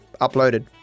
uploaded